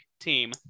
team